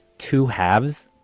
two halves,